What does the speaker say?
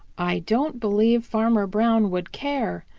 i don't believe farmer brown would care,